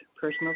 Personal